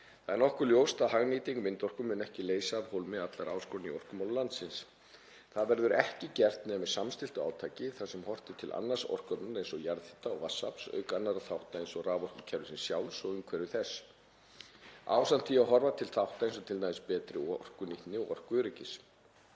Það er nokkuð ljóst að hagnýting vindorku mun ekki leysa allar áskoranir í orkumálum landsins. Það verður ekki gert nema með samstilltu átaki þar sem horft er til annarrar orkuöflunar eins og jarðhita og vatnsafls auk annarra þátta eins og raforkukerfisins sjálfs og umhverfi þess ásamt því að horfa til þátta eins og t.d. betri orkunýtni og orkuöryggis.